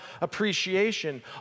appreciation